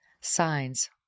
Signs